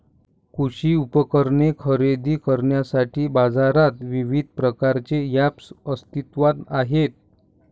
कृषी उपकरणे खरेदी करण्यासाठी बाजारात विविध प्रकारचे ऐप्स अस्तित्त्वात आहेत